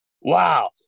wow